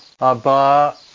Abba